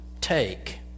take